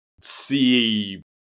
see